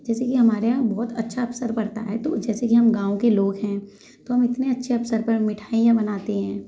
जैसे की हमारे यहाँ बहुत अच्छा अवसर पड़ता है तो जैसे कि हम गाँव के लोग है तो हम इतने अच्छे अवसर पर मिठाइयाँ बनाते हैं